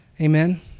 Amen